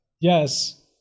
Yes